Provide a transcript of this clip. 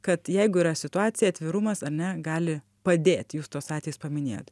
kad jeigu yra situacija atvirumas ane gali padėt jūs tuos atvejus paminėjot